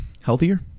healthier